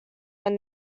when